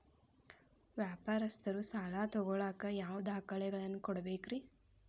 ವ್ಯಾಪಾರಸ್ಥರು ಸಾಲ ತಗೋಳಾಕ್ ಯಾವ ದಾಖಲೆಗಳನ್ನ ಕೊಡಬೇಕ್ರಿ?